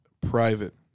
private